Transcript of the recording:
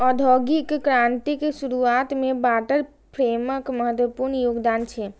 औद्योगिक क्रांतिक शुरुआत मे वाटर फ्रेमक महत्वपूर्ण योगदान छै